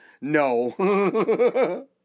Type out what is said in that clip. No